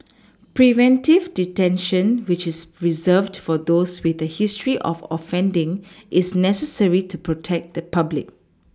preventive detention which is Reserved for those with a history of offending is necessary to protect the public